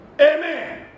Amen